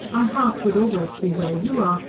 my heart would always be where you are.